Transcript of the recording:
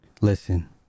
listen